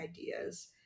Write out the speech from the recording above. ideas